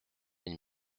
une